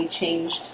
changed